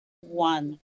one